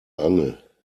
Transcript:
angel